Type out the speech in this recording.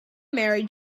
married